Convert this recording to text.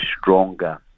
stronger